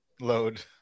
load